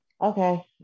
Okay